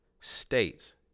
states